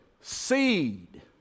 seed